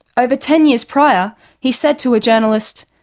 over ten years prior he said to a journalist,